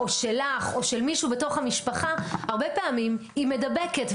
שלך או של מישהו בתוך המשפחה הרבה פעמים היא מדבקת,